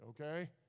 okay